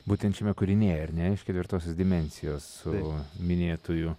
būtent šiame kūrinyje ar ne iš ketvirtosios dimensijos su minėtuoju